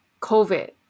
COVID